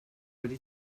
wedi